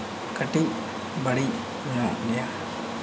ᱠᱟᱹᱴᱤᱡ ᱵᱟᱹᱲᱤᱡ ᱧᱚᱜ ᱜᱮᱭᱟ